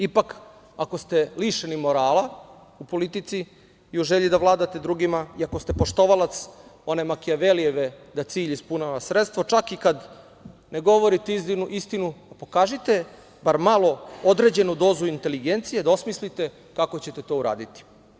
Ipak, ako ste lišeni morala u politici i u želji da vladate drugima i ako ste poštovalac one Makijavelijeve da cilj ispunjava sredstvo, čak i kad ne govorite istinu, pokažite bar malo određenu dozu inteligencije da osmislite kako ćete to uraditi.